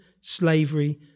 slavery